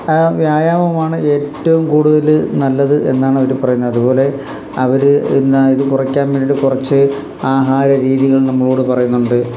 വ്യായാമമാണ് ഏറ്റവും കൂടുതല് നല്ലത് എന്നാണ് അവര് പറയുന്നത് അതുപോലെ അവര് എന്നാ ഇതു കുറയ്ക്കാൻ വേണ്ടിയിട്ട് കുറച്ച് ആഹാര രീതികൾ നമ്മളോടു പറയുന്നുണ്ട്